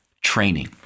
training